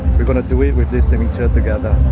we're gonna do it with this signature together,